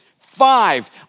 Five